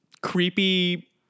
creepy